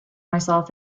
myself